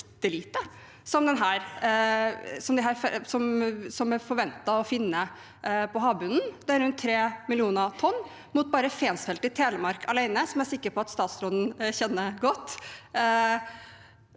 som er forventet funnet på havbunnen. Det er rundt 3 millioner tonn. Bare i Fensfeltet i Telemark alene, som jeg er sikker på at statsråden kjenner godt,